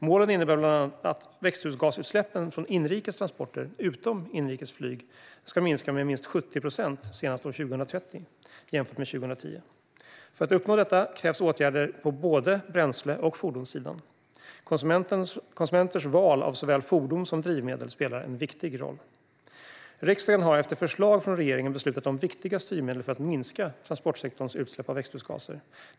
Målen innebär bland annat att växthusgasutsläppen från inrikes transporter utom inrikes flyg ska minska med minst 70 procent senast år 2030 jämfört med 2010. För att uppnå detta krävs åtgärder på både bränsle och fordonssidan. Konsumenters val av såväl fordon som drivmedel spelar en viktig roll. Riksdagen har efter förslag från regeringen beslutat om viktiga styrmedel för att minska transportsektorns utsläpp av växthusgaser.